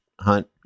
hunt